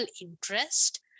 interest